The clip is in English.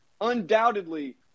undoubtedly